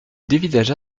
dévisagea